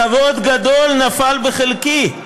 כבוד גדול נפל בחלקי,